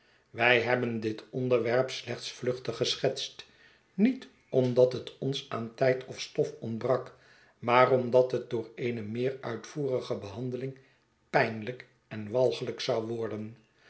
wij hebben dit onderwerp slechts vluchtig geschetst niet omdat het ons aan tijd of stof ontbrak maar omdat het door eene meeruitvoerige behandeliig pijnlijk en walgelijk zou worden